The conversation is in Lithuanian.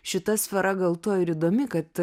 šita sfera gal tuo ir įdomi kad